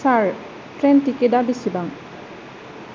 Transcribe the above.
सार train टिकेटा बिसिबां